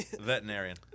Veterinarian